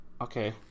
Okay